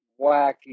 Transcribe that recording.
wacky